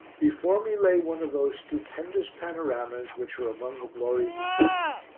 before me lay one of those stupendous panoramas which are among the glories of sicily.